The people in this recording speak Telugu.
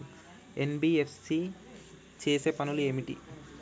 ఎన్.బి.ఎఫ్.సి చేసే పనులు ఏమిటి?